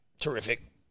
terrific